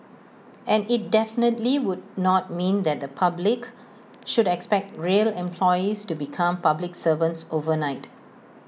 and IT definitely would not mean that the public should expect rail employees to become public servants overnight